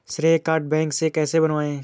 श्रेय card bank से कैसे बनवाएं?